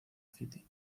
city